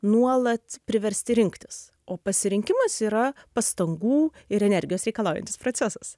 nuolat priversti rinktis o pasirinkimas yra pastangų ir energijos reikalaujantis procesas